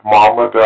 Mama